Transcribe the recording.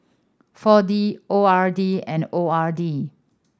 Four D O R D and O R D